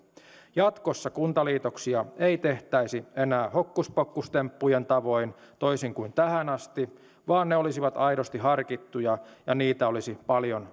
jatkossa kuntaliitoksia ei tehtäisi enää hokkuspokkustemppujen tavoin toisin kuin tähän asti vaan ne olisivat aidosti harkittuja ja niitä olisi paljon